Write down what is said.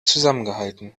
zusammengehalten